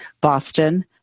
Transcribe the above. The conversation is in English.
Boston